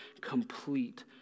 complete